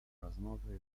rozmowy